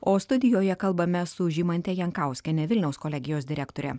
o studijoje kalbamės su žymante jankauskiene vilniaus kolegijos direktore